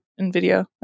NVIDIA